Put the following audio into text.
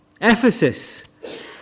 Ephesus